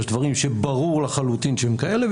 יש דברים שברור לחלוטין שהם כאלה.